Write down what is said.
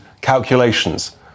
calculations